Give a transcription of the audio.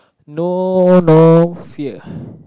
no no fear